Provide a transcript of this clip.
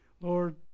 Lord